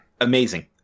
amazing